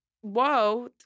whoa